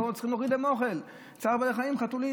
צריכים להוריד להם אוכל, צער בעלי חיים, חתולים.